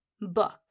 book